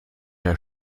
der